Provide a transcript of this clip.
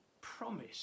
promise